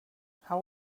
how